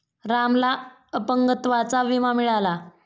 रामला अपंगत्वाचा विमा मिळाला